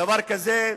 דבר כזה,